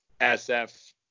SF